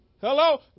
Hello